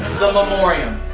the memoriam.